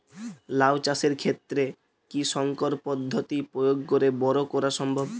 লাও চাষের ক্ষেত্রে কি সংকর পদ্ধতি প্রয়োগ করে বরো করা সম্ভব?